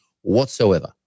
whatsoever